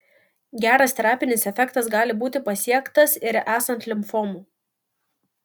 geras terapinis efektas gali būti pasiektas ir esant limfomų